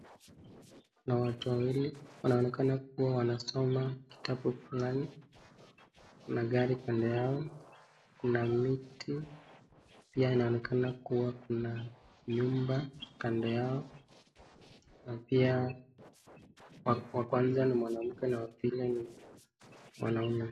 Kuna watu wawili wanaonekana kuwa wanasoma kitabu fulani, kuna gari kando yao, kuna miti pia inaonekana kuwa nyumba kando yao na pia wa kwanza ni mwanamke wa pili ni mwanaume.